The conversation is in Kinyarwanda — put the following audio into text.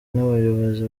n’abayobozi